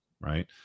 right